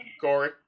Corey